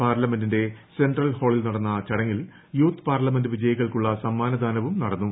പാർലമെന്റിന്റെ സെൻട്രൽ ഹാളിൽ നടന്ന ചടങ്ങിൽ യൂത്ത് പാർലമെന്റ് വിജയികൾക്കുള്ള സമ്മാദ ദാനവും നടന്നു